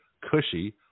cushy